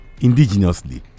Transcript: indigenously